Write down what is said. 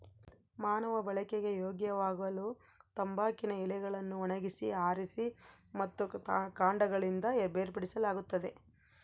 ಮಾನವ ಬಳಕೆಗೆ ಯೋಗ್ಯವಾಗಲುತಂಬಾಕಿನ ಎಲೆಗಳನ್ನು ಒಣಗಿಸಿ ಆರಿಸಿ ಮತ್ತು ಕಾಂಡಗಳಿಂದ ಬೇರ್ಪಡಿಸಲಾಗುತ್ತದೆ